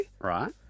Right